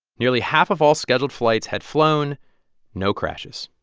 nearly half of all scheduled flights had flown no crashes